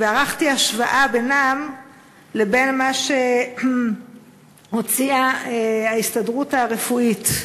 וערכתי השוואה בינם לבין מה שהוציאה ההסתדרות הרפואית,